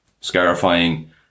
scarifying